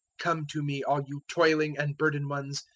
come to me, all you toiling and burdened ones,